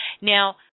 Now